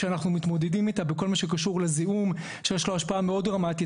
שאנחנו מתמודדים איתה בכל מה שקשור לזיהום שיש לו השפעה מאוד דרמטית,